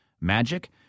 magic